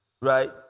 right